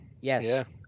Yes